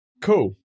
Cool